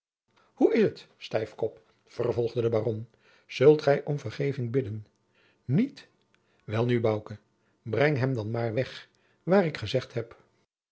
hoe is t stijfkop vervolgde de baron zult gij om vergeving bidden niet welnu bouke breng hem dan maar weg waar ik gezegd heb